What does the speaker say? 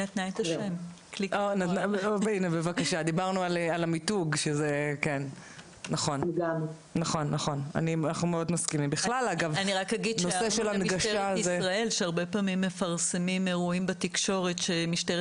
אני רק אגיד שהרבה פעמים מפרסמים בתקשורת שמשטרת